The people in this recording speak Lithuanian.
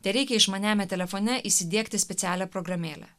tereikia išmaniajame telefone įsidiegti specialią programėlę